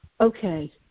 okay